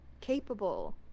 capable